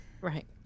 Right